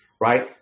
right